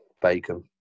Bacon